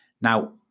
Now